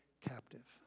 captive